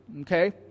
okay